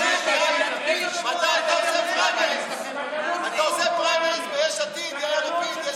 אתה עושה פריימריז ביש עתיד, יאיר לפיד?